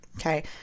Okay